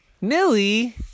Millie